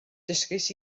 dysgais